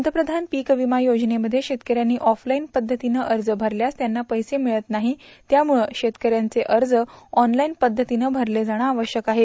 पंतप्रधान पीक विमा योजनेमध्ये शेतकऱ्यांनी ऑफलाईन पध्दतीनं अर्ज भरल्यास त्यांना पैसे मिळत नाही त्यामुळं शेतकऱ्यांचे अर्ज ऑनलाईन पध्दतीनं भरले जाणे आवश्यक आहे